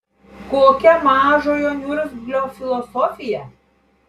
kokia mažojo niurzglio filosofija